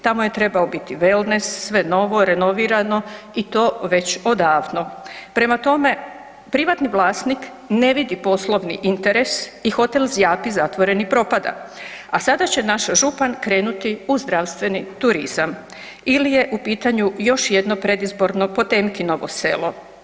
Tamo je trebao biti wellness, sve novo renovirano i to već odavno, prema tome privatni vlasnik ne vidi poslovni interes i hotel zjapi zatvoren i propada, a sada će naš župan krenuti u zdravstveni turizam ili je u pitanju još jednoj predizborno Potempkinovo selo.